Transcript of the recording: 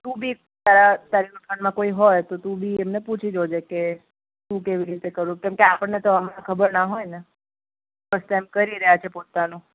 તું બી તારા તારી ઓળખાણમાં કોઈ હોય તો તું બી એમને પૂછી જોજે કે શું કેવી રીતે કરવું કેમકે આપણને તો આમાં ખબર ના હોય ને ફસ્ટ ટાઇમ કરી રહ્યાં છીએ પોતાનું